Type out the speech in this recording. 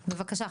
בבקשה,